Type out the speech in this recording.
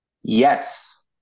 Yes